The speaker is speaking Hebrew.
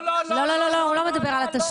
לא, לא, הוא לא מדבר על התשלום.